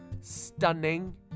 stunning